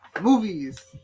movies